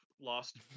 lost